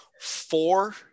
four